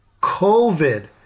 COVID